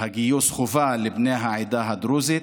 גיוס החובה לבני העדה הדרוזית,